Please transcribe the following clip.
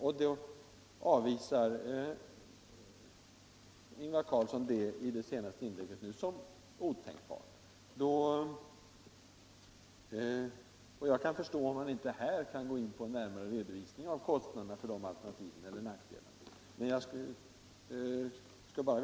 Detta avvisade bostadsministern i sitt senaste inlägg som otänkbart. Jag kan förstå om bostadsministern inte här har möjlighet att gå in på en närmare redovisning av kostnaderna för eller nackdelarna med dessa alternativ.